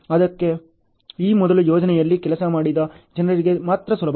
ಆದ್ದರಿಂದ ಈ ಮೊದಲು ಯೋಜನೆಗಳಲ್ಲಿ ಕೆಲಸ ಮಾಡಿದ ಜನರಿಗೆ ಮಾತ್ರ ಸುಲಭ